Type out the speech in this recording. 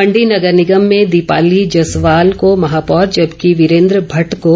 मण्डी नगर निगम में दीपाली जसवाल को महापौर जबकि वीरेन्द्र भट्ट को